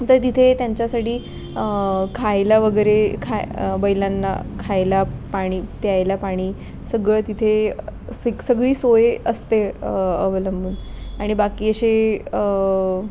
तर तिथे त्यांच्यासाठी खायला वगैरे खाय बैलांना खायला पाणी प्यायला पाणी सगळं तिथे सिक सगळी सोय असते अवलंबून आणि बाकी असे